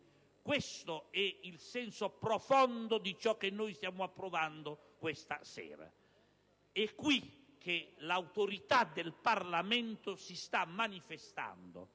Questo è il senso profondo di ciò che stiamo approvando questa sera. È qui che l'autorità del Parlamento si sta manifestando;